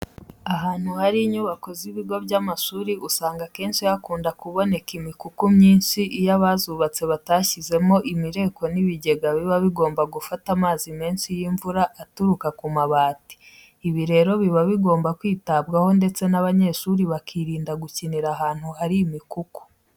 Ahantu hari unyubako z'ibigo by'amashuri usanga akenshi hakunda kuboneka imikuku myinshi iyo abazubatse batashyizeho imireko n'ibigega biba bigomba gufata amazi menshi y'imvura aturuka ku mabati. Ibi rero biba bigomba kwitabwaho ndetse abanyeshuri bakirinda gukinira ahantu hari imikuku.